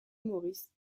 maurice